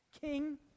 king